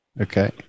Okay